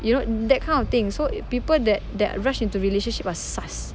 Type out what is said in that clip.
you know that kind of thing so people that that rush into relationship are sus